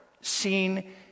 seen